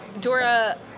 Dora